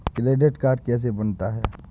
Credit card कैसे बनता है?